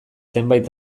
zenbait